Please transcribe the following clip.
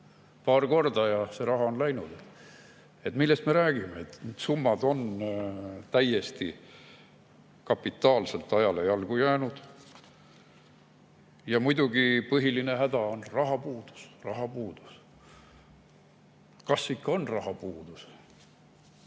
Paar korda, ja see raha on läinud. Millest me räägime?! Need summad on täiesti kapitaalselt ajale jalgu jäänud. Ja muidugi põhiline häda on rahapuudus. Rahapuudus ... Kas ikka on rahapuudus?